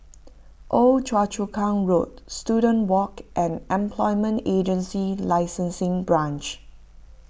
Old Choa Chu Kang Road Student Walk and Employment Agency Licensing Branch